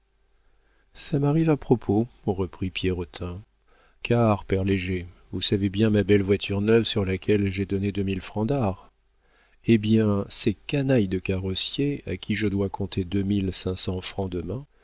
ça m'arrive à propos reprit pierrotin car père léger vous savez bien ma belle voiture neuve sur laquelle j'ai donné deux mille francs d'arrhes eh bien ces canailles de carrossiers à qui je dois compter